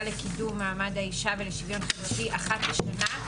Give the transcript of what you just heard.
לקידום מעמד האישה ולשוויון חברתי אחת לשנה,